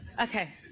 Okay